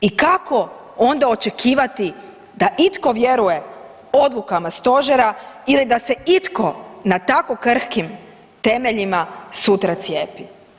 I kako onda očekivati da itko vjeruje odlukama stožera ili da se itko na tako krhkim temeljima sutra cijepi?